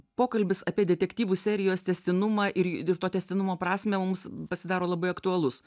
pokalbis apie detektyvų serijos tęstinumą ir to tęstinumo prasmę mums pasidaro labai aktualus